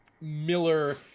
Miller